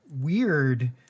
weird